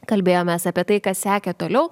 kalbėjomės apie tai kas sekė toliau